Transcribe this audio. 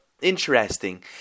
Interesting